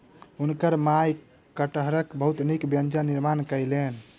हुनकर माई कटहरक बहुत नीक व्यंजन निर्माण कयलैन